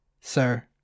Sir